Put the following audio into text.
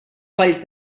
colls